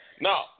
No